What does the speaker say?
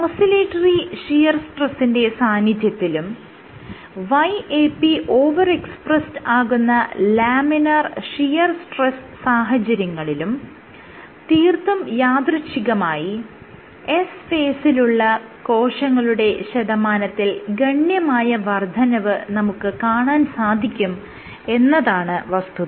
oscillatory shear സ്ട്രെസ്സിന്റെ സാന്നിധ്യത്തിലും YAP over expressed ആകുന്ന ലാമിനാർ ഷിയർ സ്ട്രെസ്സ് സാഹചര്യങ്ങളിലും തീർത്തും യാദൃച്ഛികമായി S ഫേസിലുള്ള കോശങ്ങളുടെ ശതമാനത്തിൽ ഗണ്യമായ വർദ്ധനവ് നമുക്ക് കാണാൻ സാധിക്കും എന്നതാണ് വസ്തുത